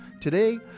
today